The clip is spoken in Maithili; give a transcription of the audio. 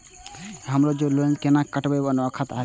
हमरो जे लोन छे केना कटेबे अपनो खाता से?